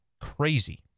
crazy